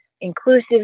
inclusive